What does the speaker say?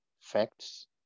facts